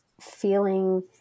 feeling